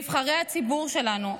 נבחרי הציבור שלנו,